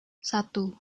satu